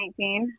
2019